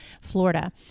Florida